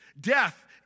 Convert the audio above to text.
Death